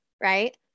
Right